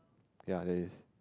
ya there is